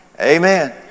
Amen